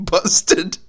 Busted